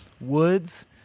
Woods